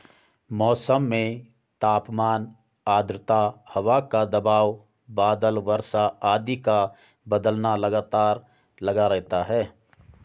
मौसम में तापमान आद्रता हवा का दबाव बादल वर्षा आदि का बदलना लगातार लगा रहता है